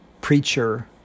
preacher